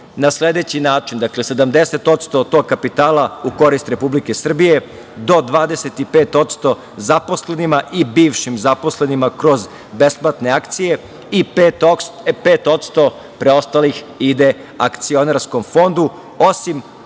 na sledeći način: dakle 70% tog kapitala u korist Republike Srbije, do 25% zaposlenima i bivšim zaposlenima kroz besplatne akcije i 5% preostalih ide Akcionarskom fondu, osim